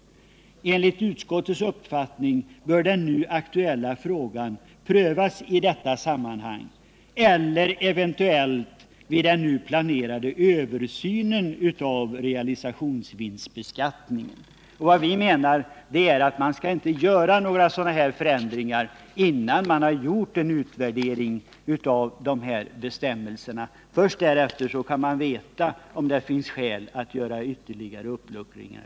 Enligt utskottets uppfattning bör den nu aktuella frågan prövas i detta sammanhang eller eventuellt vid den nu planerade översynen av realisationsvinstbeskattningen.” Vi menar att man inte skall vidta några sådana åtgärder innan man har gjort en utvärdering av bestämmelserna. Först därefter kan man veta om det finns skäl för ytterligare uppluckringar.